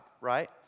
right